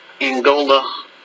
Angola